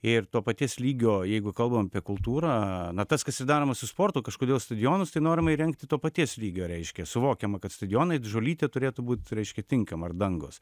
ir to paties lygio jeigu kalbam apie kultūrą na tas kas daroma su sportu kažkodėl stadionus tai norime įrengti to paties lygio reiškia suvokiam kad stadionai žolytė turėtų būt reiškia tinkama dangos